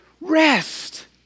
Rest